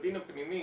בדין הפנימי